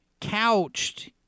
couched